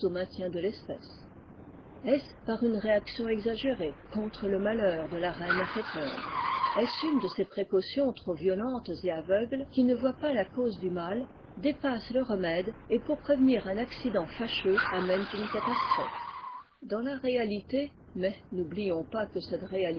de l'espèce est-ce par une réaction exagérée contre le malheur de la reine inféconde es une de ces précautions trop violentes et av gles qui ne voient pas la cause du mal dépasse le remède et ponr pretiir un accident fâcheux amènent une catastrophe dans la réalité mais n'oublions pas que cette